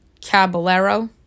Caballero